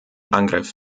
angriff